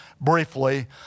briefly